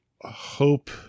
hope